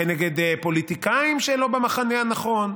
כנגד פוליטיקאים שלא במחנה הנכון.